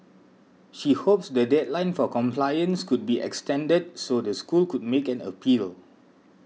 she hopes the deadline for compliance could be extended so the school could make an appeal